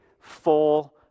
full